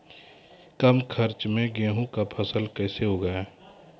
कम खर्च मे गेहूँ का फसल कैसे उगाएं?